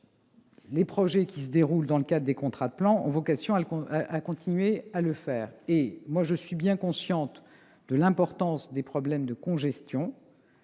Les projets qui se déroulent dans le cadre des contrats de plan ont vocation à être poursuivis dans ce cadre. Je suis bien consciente de l'importance des problèmes de congestion